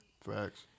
Facts